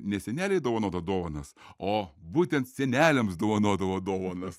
ne seneliai dovanodavo dovanas o būtent seneliams dovanodavo dovanas